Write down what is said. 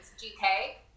GK